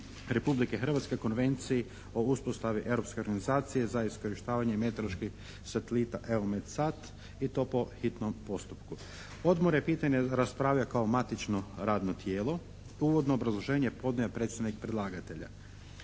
Republike Hrvatske Konvenciji o uspostavi Europske organizacije za iskorištavanje meteoroloških satelita (EUMETSAT) i to po hitnom postupku. Odbor je pitanje raspravljao kao matično radno tijelo. Uvodno obrazloženje podnio je predsjednik predlagatelja.